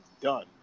done